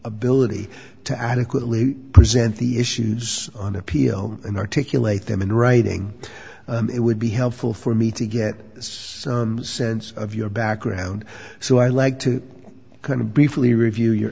ability to adequately present the issues on appeal and articulate them in writing it would be helpful for me to get a sense of your background so i like to kind of briefly review your